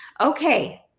Okay